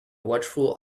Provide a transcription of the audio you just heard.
watchful